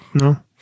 No